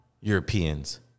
Europeans